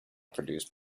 produced